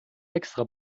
extra